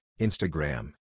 Instagram